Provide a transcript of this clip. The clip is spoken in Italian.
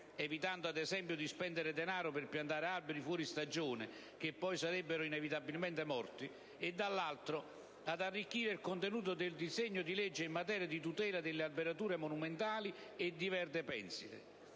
(evitando, ad esempio, di spendere denaro per piantare alberi fuori stagione che poi sarebbero inevitabilmente morti) e, dall'altro, ad arricchire il contenuto del disegno di legge in materia di tutela delle alberature monumentali e di verde pensile.